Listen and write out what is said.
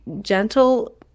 gentle